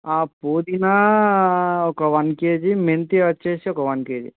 పూదీన ఒక one kg మెంతి వచ్చి ఒక వన్ కేజీ